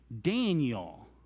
Daniel